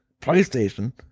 PlayStation